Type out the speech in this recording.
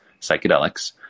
psychedelics